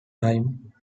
time